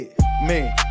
man